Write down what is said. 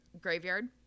Graveyard